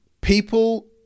People